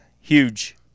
Huge